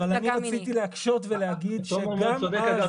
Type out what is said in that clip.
אבל אני רציתי להקשות ולהגיד שגם אז